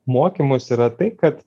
mokymus yra tai kad